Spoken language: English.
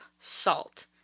salt